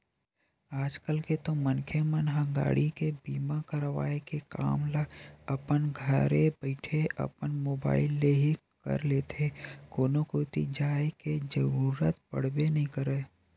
आज कल तो मनखे मन ह गाड़ी के बीमा करवाय के काम ल अपन घरे बइठे अपन मुबाइल ले ही कर लेथे कोनो कोती जाय के जरुरत पड़बे नइ करय